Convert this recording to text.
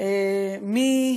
מי